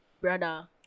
brother